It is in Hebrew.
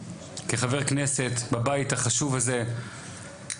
כחבר כנסת בבית החשוב הזה,